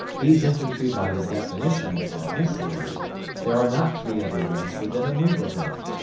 these infantry by the definition are isolated there are not three other reds within a move of them.